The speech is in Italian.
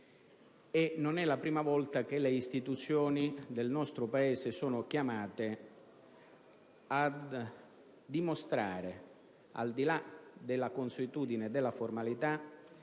e non è la prima volta che le istituzioni del nostro Paese sono chiamate a dimostrare, al di là della consuetudine e della formalità,